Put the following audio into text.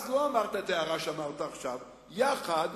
אז לא אמרת את ההערה שאמרת עכשיו, יחד